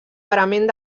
parament